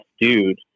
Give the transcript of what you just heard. dude